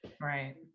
Right